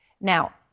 now